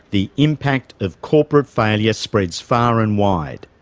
the impact of corporate failure spreads far and wide.